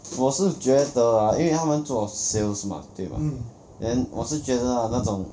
我是觉得 ah 因为他们做 sales mah 对吗 then 我是觉得 ah 那种